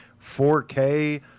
4k